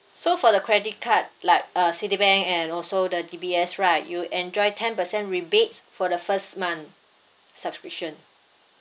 so for the credit card like uh citibank and also the D_B_S right you enjoy ten percent rebates for the first month subscription